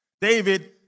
David